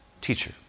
teacher